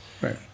right